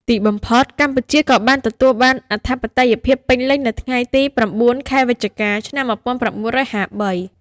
ទីបំផុត កម្ពុជាក៏បានទទួលបានអធិបតេយ្យភាពពេញលេញនៅថ្ងៃទី៩ ខែវិច្ឆិកា ឆ្នាំ១៩៥៣។